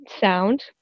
sound